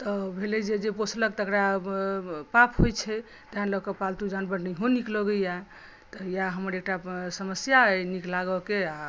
तऽ भेलै जे जे पोसलक तकरा पाप होइ छै तैँ लऽ कऽ पालतु जानवर नहियो नीक लगैया तऽ इएह हमर एकटा समस्या अहि नीक लागऽके आ